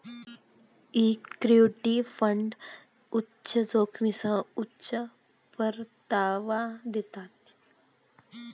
equity fund उच्च जोखमीसह उच्च परतावा देतात